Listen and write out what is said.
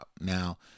Now